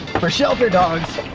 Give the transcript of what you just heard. for shelter dogs